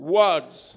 words